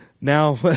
Now